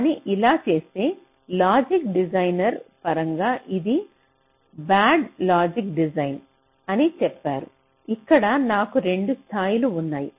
కానీ ఇలా చేస్తే లాజిక్ డిజైనర్ పరంగా ఇది బాడ్ లాజిక్ డిజైన్ అని చెప్పారు ఇక్కడ నాకు 2 స్థాయిలు ఉన్నాయి